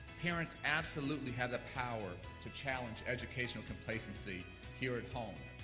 parents absolutely have the power to challenge educational complacency here at home.